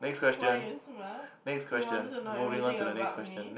why you smile you wanted to know everything about me